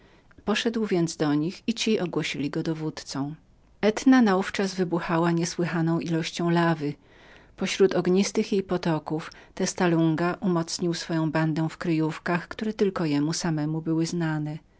poszedł więc do nich i ci ogłosili go dowódzcą etna na ów czas wybuchała niesłychaną ilością lawy pośród ognistych jej potoków testa lunga umocnił swoją bandę w kryjówkach które jemu samemu były tylko znane